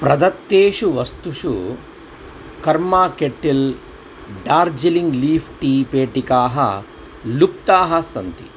प्रदत्तेषु वस्तुषु Karma Kettle Darjeeling leaf tea पेटिकाः लुप्ताः सन्ति